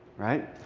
right?